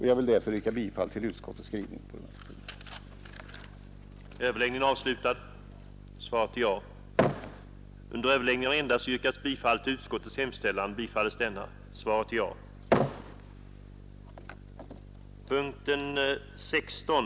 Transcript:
Jag vill därför yrka bifall till utskottets hemställan på denna punkt.